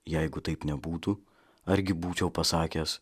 jeigu taip nebūtų argi būčiau pasakęs